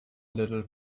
little